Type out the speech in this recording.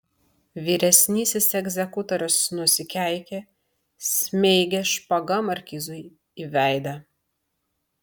vyresnysis egzekutorius nusikeikė smeigė špaga markizui į veidą